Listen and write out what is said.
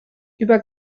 über